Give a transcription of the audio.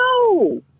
no